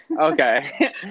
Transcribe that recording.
Okay